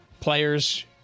players